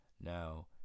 Now